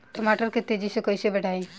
टमाटर के तेजी से कइसे बढ़ाई?